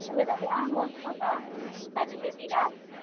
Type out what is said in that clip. त्यसोभए तपाईँ आउनुहोस् न त सेटर्डेतिर